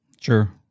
sure